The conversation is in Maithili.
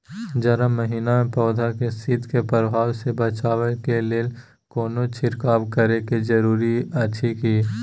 जारा महिना मे पौधा के शीत के प्रभाव सॅ बचाबय के लेल कोनो छिरकाव करय के जरूरी अछि की?